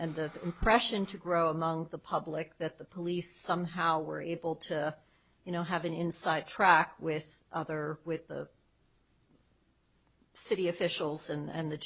and the impression to grow among the public that the police somehow were able to you know have an inside track with other with the city officials and